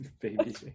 baby